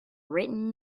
written